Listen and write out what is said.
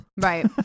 Right